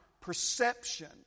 perception